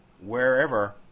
wherever